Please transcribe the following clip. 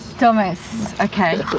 thomas? okay.